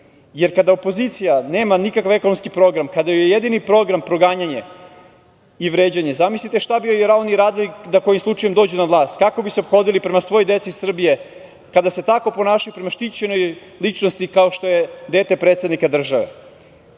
jer kada opozicija nema nikakav ekonomski program, kada joj je jedini program proganjanje i vređanje, zamislite šta bi uradili da kojim slučajem dođu na vlast, kako bi se ophodili prema svojoj deci Srbije kada se tako ponašaju prema štićenoj ličnosti kao što je dete predsednika države. Zato